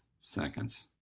seconds